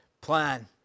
plan